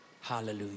Hallelujah